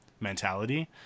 mentality